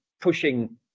pushing